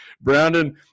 Brandon